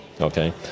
okay